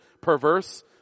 perverse